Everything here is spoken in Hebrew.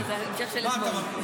אה, זה ההמשך של אתמול.